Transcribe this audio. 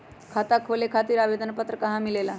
खाता खोले खातीर आवेदन पत्र कहा मिलेला?